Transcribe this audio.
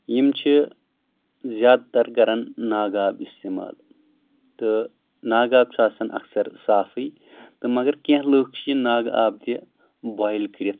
یِم چھِ زیادٕ تَر کَران ناگ آب اِستعمال تہٕ ناگ آب چھُ آسان اَکثر صافٕے تہٕ مگر کیٚنٛہہ لُکھ چھِ یہِ ناگہٕ آب تہِ بایِل کٔرِتھ